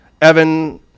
Evan